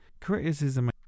criticism